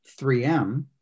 3M